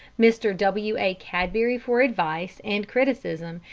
mr. w a. cadbury, for advice and criticism,